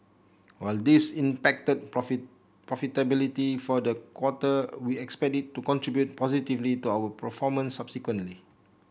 while this impacted profitability for the quarter we expect it to contribute positively to our performance subsequently